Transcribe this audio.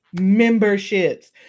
memberships